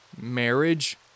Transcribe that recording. marriage